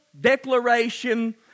declaration